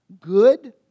Good